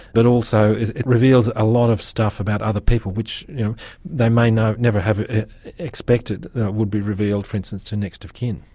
but also it reveals a lot of stuff about other people, which they may never never have expected would be revealed, for instance, to the next of kin.